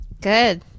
Good